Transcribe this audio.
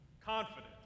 confident